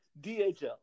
DHL